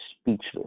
speechless